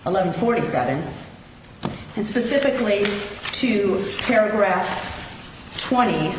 eleven forty seven and specifically to paragraph twenty